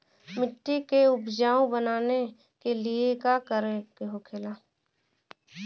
मिट्टी के उपजाऊ बनाने के लिए का करके होखेला?